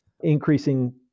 increasing